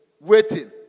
Waiting